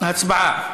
הצבעה,